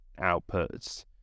outputs